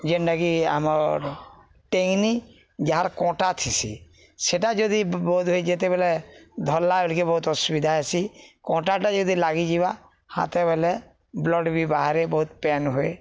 ଯେନ୍ଟାକି ଆମ ଟେଙ୍ଗନି ଯାହାର କଣ୍ଟା ଥିସି ସେଟା ଯଦି ବୋଧ ହୁଏ ଯେତେବେଲେ ଧରଲା ବେଳିକେ ବହୁତ ଅସୁବିଧା ହେସି କଣ୍ଟାଟା ଯଦି ଲାଗିଯିବା ହାତ ବଲେ ବ୍ଲଡ଼ ବି ବାହାରେ ବହୁତ ପେନ୍ ହୁଏ